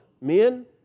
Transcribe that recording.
Men